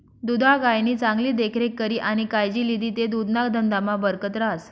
दुधाळ गायनी चांगली देखरेख करी आणि कायजी लिदी ते दुधना धंदामा बरकत रहास